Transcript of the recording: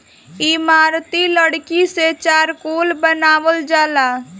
इमारती लकड़ी से चारकोल बनावल जाला